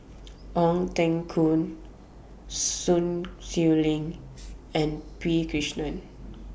Ong Teng Koon Sun Xueling and P Krishnan